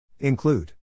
Include